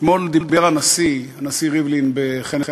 אתמול דיבר הנשיא ריבלין בכנס הרצליה,